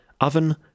Oven